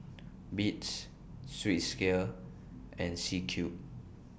Beats Swissgear and C Cube